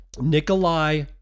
Nikolai